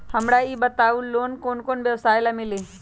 हमरा ई बताऊ लोन कौन कौन व्यवसाय ला मिली?